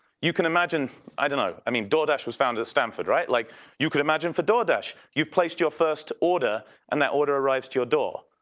you can imagine, i don't know, i mean doordash was founded at stanford, right? like you could imagine for doordash. you've placed your first order and that order arrives to your door.